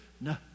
No